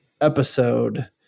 Episode